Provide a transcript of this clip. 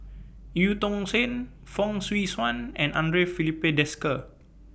EU Tong Sen Fong Swee Suan and Andre Filipe Desker